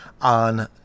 on